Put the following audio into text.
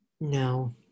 No